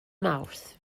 mawrth